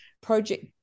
project